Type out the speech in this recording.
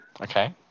Okay